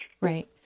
right